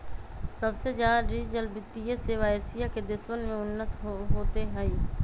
सबसे ज्यादा डिजिटल वित्तीय सेवा एशिया के देशवन में उन्नत होते हई